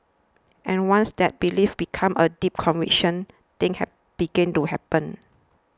and once that belief becomes a deep conviction things begin to happen